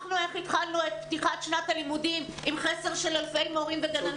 שכחנו איך התחלנו את פתיחת שנת הלימודים עם חסר של אלפי מורים וגננות,